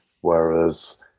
Whereas